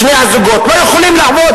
שני בני-הזוג לא יכולים לעבוד,